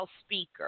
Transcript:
speaker